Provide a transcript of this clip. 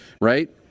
right